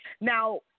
Now